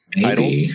titles